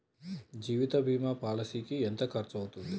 జీవిత బీమా పాలసీకి ఎంత ఖర్చయితది?